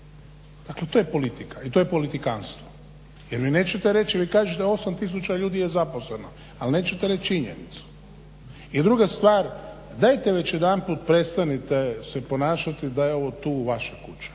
Dakle to je politika i to je politikantstvo, jer vi nećete reći vi kažete 8 tisuća ljudi je nezaposleno. Ali nećete reći činjenicu. I druga stvar dajte već jedanput se prestanite ponašati da je to vaša kuća.